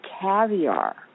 caviar